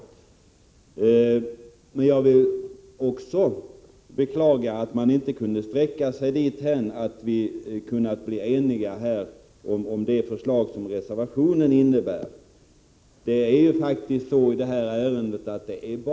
Jag beklagar emellertid att utskottsmajoriteten inte kunde sträcka sig så långt att vi blev eniga om det förslag som nu framförs i reservationen.